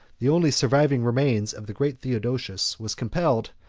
the only surviving remains of the great theodosius, was compelled,